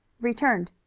returned.